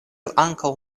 ankaŭ